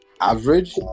average